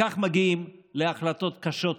כך מגיעים להחלטות קשות יותר.